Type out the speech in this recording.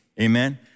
Amen